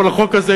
אבל החוק הזה,